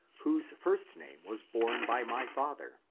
whose first name was borne by my father.